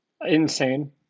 Insane